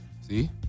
See